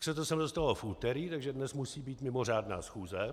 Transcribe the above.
Tak se to sem dostalo v úterý, takže dnes musí být mimořádná schůze.